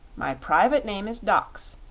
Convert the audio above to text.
my private name is dox,